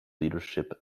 leadership